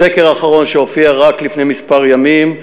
בסקר האחרון שהופיע רק לפני כמה ימים,